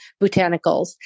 botanicals